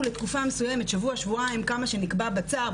שיהיו שבוע, שבועיים, חודשיים, או כמה שנקבע בצו,